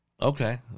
Okay